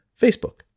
facebook